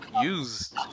use